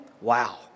Wow